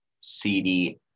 CD